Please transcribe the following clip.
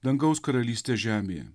dangaus karalystę žemėje